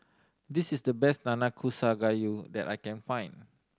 this is the best Nanakusa Gayu that I can find